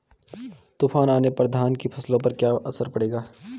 तूफान आने पर धान की फसलों पर क्या असर पड़ेगा?